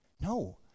No